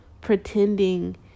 pretending